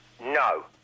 No